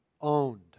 owned